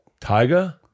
tyga